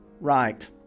Right